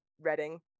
reading